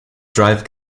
drive